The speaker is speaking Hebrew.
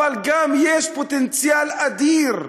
אבל גם יש פוטנציאל אדיר.